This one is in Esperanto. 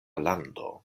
lando